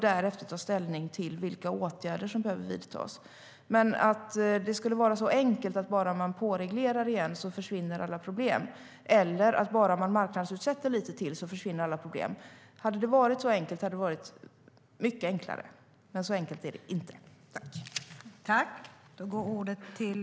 Därefter tar vi ställning till vilka åtgärder som behöver vidtas. Men det är inte så enkelt som att alla problem försvinner bara man påreglerar igen eller marknadsutsätter lite till. Hade det varit så enkelt hade det varit mycket enklare.